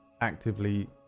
actively